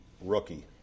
rookie